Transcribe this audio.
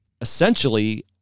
essentially –